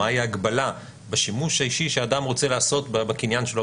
מהי ההגבלה בשימוש האישי שאדם רוצה לעשות בקניין שלו,